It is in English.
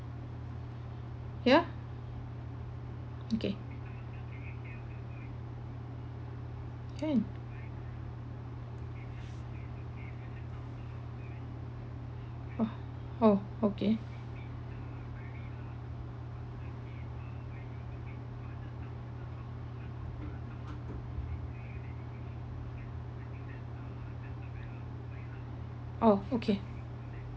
here okay good oh okay orh okay